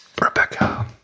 Rebecca